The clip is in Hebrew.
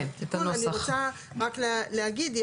קודם אני רוצה רק להגיד,